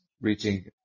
reaching